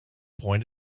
point